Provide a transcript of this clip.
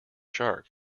shark